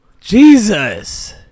Jesus